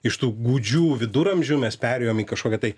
iš tų gūdžių viduramžių mes perėjom į kažkokią tai